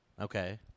Okay